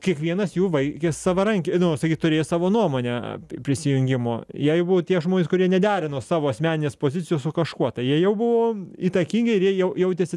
kiekvienas jų vaikė savaranki nu sakyt turėjo savo nuomonę prisijungimo jeigu tie žmonės kurie nederino savo asmeninės pozicijos su kažkuo tai jie jau buvo įtakingi ir jie jau jautėsi